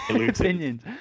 Opinions